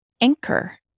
anchor